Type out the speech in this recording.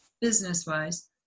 business-wise